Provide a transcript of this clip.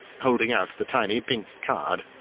holding out the tiny pink card.